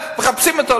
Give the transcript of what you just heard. מחפשים אותו,